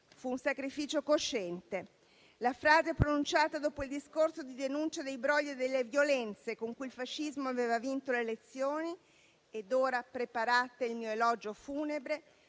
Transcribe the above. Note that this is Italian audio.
fu un sacrificio cosciente. La frase pronunciata dopo il discorso di denuncia dei brogli e delle violenze con cui il fascismo aveva vinto le elezioni, «ed ora preparate il mio elogio funebre»,